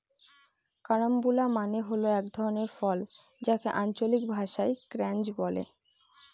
carambola মানে হল এক ধরনের ফল যাকে আঞ্চলিক ভাষায় ক্রাঞ্চ বলে